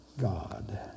God